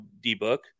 D-Book